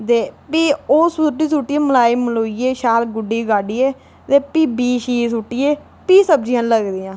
ते भी ओह् सु'ट्टी सु'ट्टियै मलाई मलाइयै शैल गुड्डी गुड्डियै एह् भी बीऽ शी सु'ट्टियै भी सब्ज़ियां लगदियां